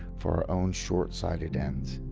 for our own short-sighted ends.